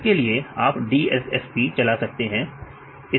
इसके लिए आप DSSP चला सकते हैं